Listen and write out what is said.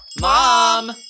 Mom